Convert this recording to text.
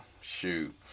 shoot